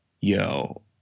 yo